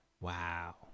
Wow